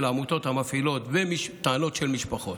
העמותות המפעילות ולטענות של משפחות.